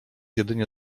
jedynie